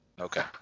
Okay